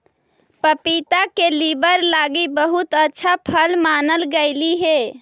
पपीता के लीवर लागी बहुत अच्छा फल मानल गेलई हे